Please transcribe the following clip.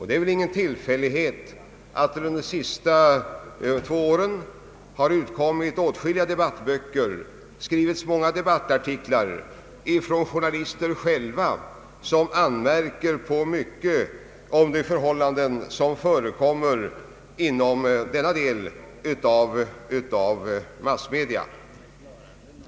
Det är väl ingen tillfällighet att under de senaste två åren utkommit åtskilliga debattböcker och skrivits många debattartiklar av journalister som själva anmärker på en del av de förhållanden som förekommer inom denna del av massmedia.